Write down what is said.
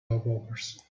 dogwalkers